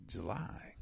July